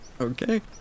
Okay